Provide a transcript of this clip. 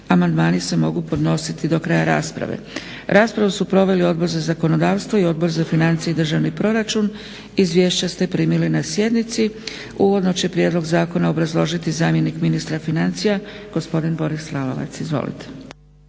amandmani se mogu podnositi do kraja rasprave. Raspravu su proveli Odbor za zakonodavstvo i Odbor za financije i državni proračun, izvješća ste primili na sjednici. Uvodno će Prijedlog zakona obrazložiti zamjenik ministra financija, gospodin Boris Lavovac. **Lalovac,